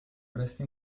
presto